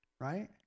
right